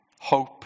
hope